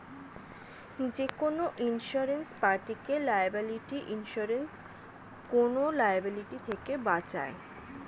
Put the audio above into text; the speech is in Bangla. যেকোনো ইন্সুরেন্স পার্টিকে লায়াবিলিটি ইন্সুরেন্স কোন লায়াবিলিটি থেকে বাঁচায়